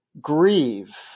grieve